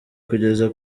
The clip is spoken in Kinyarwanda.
kugeza